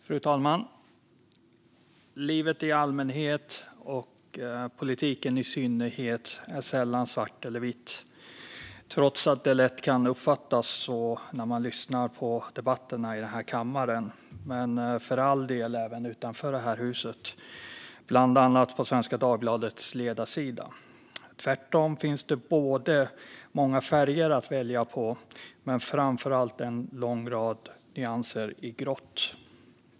Fru talman! I livet i allmänhet, och i politiken i synnerhet, är det sällan svart eller vitt, trots att det lätt kan uppfattas så när man lyssnar på debatterna i den här kammaren men för all del även utanför det här huset, bland annat på Svenska Dagbladets ledarsida. Tvärtom finns det många färger att välja på men framför allt en lång rad nyanser av grått.